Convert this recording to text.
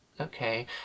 Okay